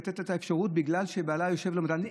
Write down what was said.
לתת את האפשרות בגלל שבעלה יושב ולומד,